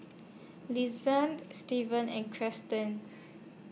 Lizette Stevie and Cristin